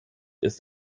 ist